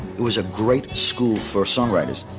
it was a great school for songwriters.